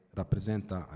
rappresenta